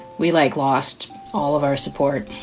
we, like, lost all of our support.